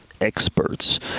experts